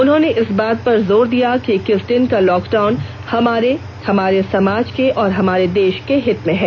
उन्होंने इस बात पर जोर दिया कि इक्कीस दिन का लॉकडाउन हमारे हमारे समाज के और हमारे देश के हित में है